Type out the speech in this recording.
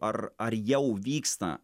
ar ar jau vyksta